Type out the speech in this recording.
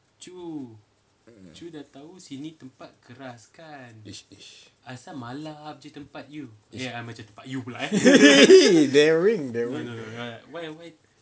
daring daring